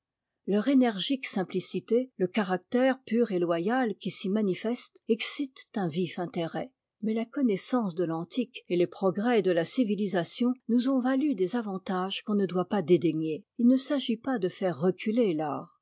leur énergique simplicité le caractère pur et loyal qui s'y manifeste excitent un vif intérêt mais la connaissance de l'antique et les progrès de la civilisation nous ont va u des avantages qu'on ne doit pas dédaigner i ne s'agit pas de faire reculer l'art